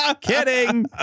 Kidding